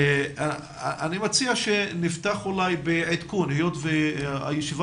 אני מציע שנפתח אולי בעדכון היות והישיבה